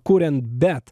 kuriant bet